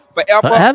Forever